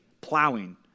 plowing